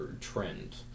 trend